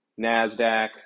NASDAQ